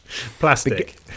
plastic